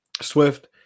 Swift